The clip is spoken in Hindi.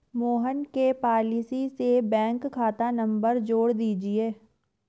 मोहन के पॉलिसी से बैंक खाता नंबर जोड़ दीजिए